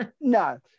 No